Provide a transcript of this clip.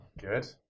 Good